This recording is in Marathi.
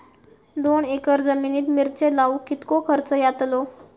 दोन एकर जमिनीत मिरचे लाऊक कितको खर्च यातलो?